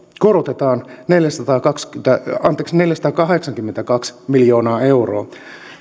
korotetaan nyt neljäsataakahdeksankymmentäkaksi miljoonaa euroa